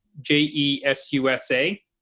J-E-S-U-S-A